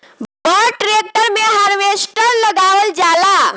बड़ ट्रेक्टर मे हार्वेस्टर लगावल जाला